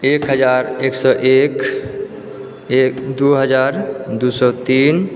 एक हजार एक सए एक दू हजार दू सए तीन